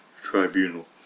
tribunal